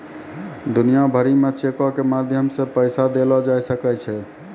दुनिया भरि मे चेको के माध्यम से पैसा देलो जाय सकै छै